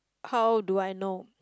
how do I know